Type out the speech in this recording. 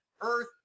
earth